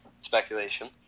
speculation